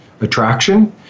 attraction